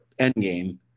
endgame